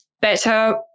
better